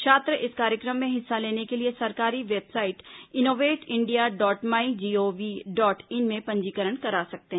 छात्र इस कार्यक्रम में हिस्सा लेने के लिए सरकारी website innovate India dot my gov dot in में पंजीकरण करा सकते हैं